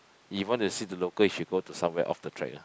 if want to see to local you should go to somewhere off the track ah